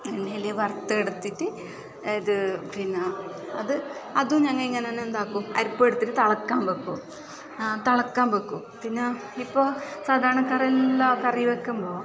എണ്ണയിൽ വറുത്തെടുത്തിട്ട് അത് പിന്നെ അത് അതും ഞങ്ങൾ ഇങ്ങനെ തന്നെ എന്താക്കും അരപ്പെടുത്തിട്ട് തിളക്കാൻ വെക്കും ആ തിളക്കാൻ വെക്കും പിന്നെ ഇപ്പോൾ സാധാരണക്കാരെല്ലാം കറി വെക്കുമ്പോൾ